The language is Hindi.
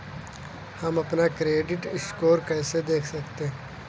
हम अपना क्रेडिट स्कोर कैसे देख सकते हैं?